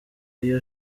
iyo